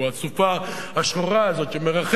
האסופה השחורה הזאת שמרחפת